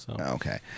Okay